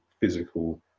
physical